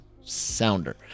sounder